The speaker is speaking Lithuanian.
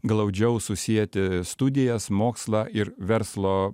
glaudžiau susieti studijas mokslą ir verslo